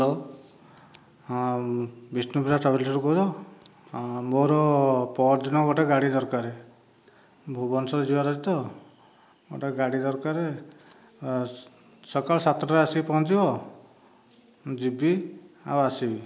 hello ହଁ ବିଷ୍ଣୁପ୍ରିୟା ଟ୍ରାଭେଲସରୁ କହୁଛ ମୋର ପହରଦିନ ଗୋଟିଏ ଗାଡ଼ି ଦରକାର ଭୁବନେଶ୍ୱର ଯିବାର ଅଛି ତ ଗୋଟିଏ ଗାଡ଼ି ଦରକାର ସକାଳ ସାତଟାରେ ଆସିକି ପହଞ୍ଚିବ ଯିବି ଆଉ ଆସିବି